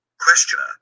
Questioner